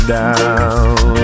down